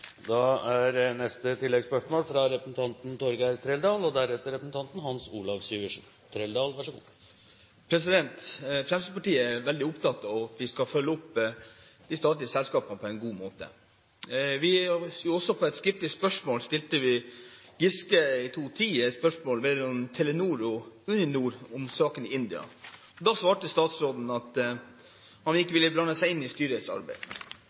Torgeir Trældal – til oppfølgingsspørsmål. Fremskrittspartiet er veldig opptatt av at vi skal følge opp de statlige selskapene på en god måte. På et skeptisk spørsmål vi stilte Giske i 2010, et spørsmål som gjaldt saken mellom Telenor og Uninor i India, svarte statsråden at han ikke ville blande seg inn i